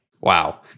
Wow